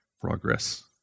progress